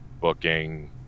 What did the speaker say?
booking